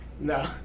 No